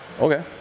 Okay